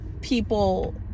people